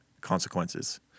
consequences